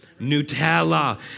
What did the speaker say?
Nutella